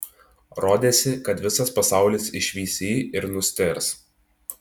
rodėsi kad visas pasaulis išvys jį ir nustėrs